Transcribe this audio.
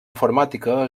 informàtica